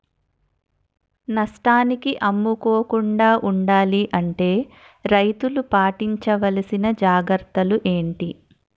నష్టానికి అమ్ముకోకుండా ఉండాలి అంటే రైతులు పాటించవలిసిన జాగ్రత్తలు ఏంటి